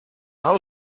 how